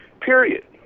period